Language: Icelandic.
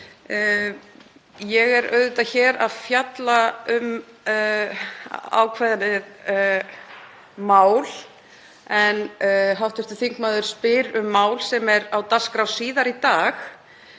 Ég er auðvitað hér að fjalla um ákveðið mál en hv. þingmaður spyr um mál sem er á dagskrá síðar í dag.